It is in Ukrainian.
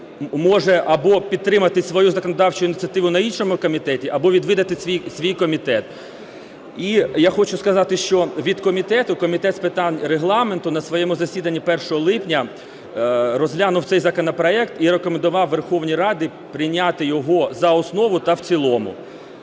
може або підтримати свою законодавчу ініціативу на іншому комітеті, або відвідати свій комітет. І я хочу сказати, що від комітету… Комітет з питань Регламенту на своєму засіданні 1 липня розглянув цей законопроект і рекомендував Верховній Раді прийняти його за основу та в цілому.